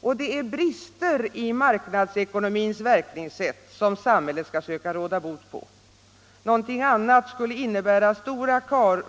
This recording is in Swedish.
Och det är brister i marknadsekonomins verkningssätt som samhället skall söka råda bot på; någonting annat skulle innebära stora